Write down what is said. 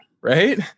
Right